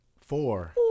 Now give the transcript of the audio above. Four